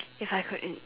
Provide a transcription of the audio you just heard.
if I could in